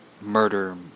murder